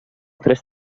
tres